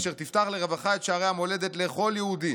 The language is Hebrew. אשר תפתח לרווחה את שערי המולדת לכל יהודי